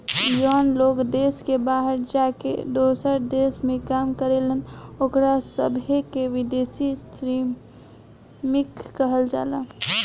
जवन लोग देश के बाहर जाके दोसरा देश में काम करेलन ओकरा सभे के विदेशी श्रमिक कहल जाला